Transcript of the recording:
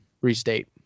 restate